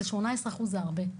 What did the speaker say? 18% זה הרבה.